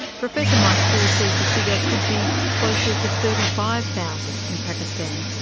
professor mike toole says the figure could be closer to thirty five thousand in pakistan.